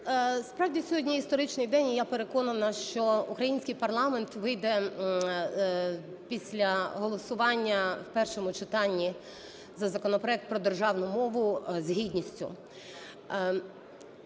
Справді, сьогодні історичний день і я переконана, що український парламент вийде після голосування в першому читанні за законопроект про державну мову з гідністю.